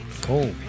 cool